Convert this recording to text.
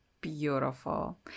beautiful